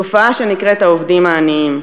תופעה שנקראת "העובדים העניים".